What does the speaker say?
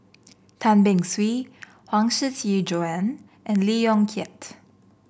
Tan Beng Swee Huang Shiqi Joan and Lee Yong Kiat